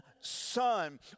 son